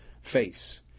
face